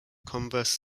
converse